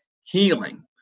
healing